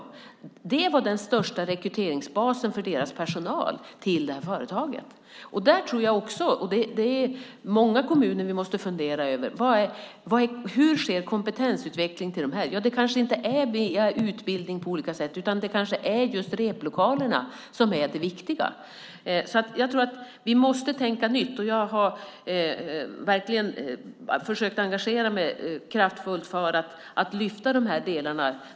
Det var den största rekryteringsbasen för personal till det här företaget. Där tror jag också att vi måste fundera över, och det gäller många kommuner, hur kompetensutvecklingen sker. Det kanske inte är via utbildning på olika sätt utan det kan vara just replokalerna som är det viktiga. Jag tror att vi måste tänka nytt. Jag har verkligen försökt att engagera mig kraftfullt för att lyfta de här delarna.